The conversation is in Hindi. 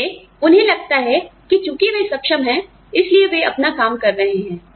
इसलिए उन्हें लगता है कि चूंकि वे सक्षम हैं इसलिए वे अपना काम कर रहे हैं